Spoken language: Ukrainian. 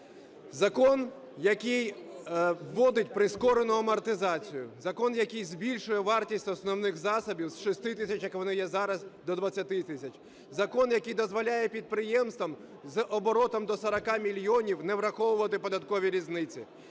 Закон, який вводить прискорену амортизацію. Закон, який збільшує вартість основних засобів з 6 тисяч, як вони є зараз до 20 тисяч. Закон, який дозволяє підприємствам з оборотом до 40 мільйонів не враховувати податкові різниці.